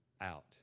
out